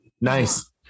nice